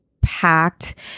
packed